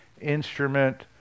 instrument